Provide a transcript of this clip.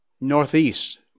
Northeast